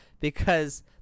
Because-